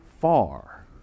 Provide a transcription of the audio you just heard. far